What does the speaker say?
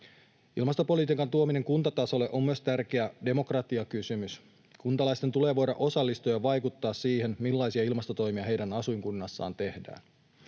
Ilmastopolitiikan tuominen kuntatasolle on myös tärkeä demokratiakysymys. Kuntalaisten tulee voida osallistua ja vaikuttaa siihen, millaisia ilmastotoimia heidän asuinkunnassaan tehdään.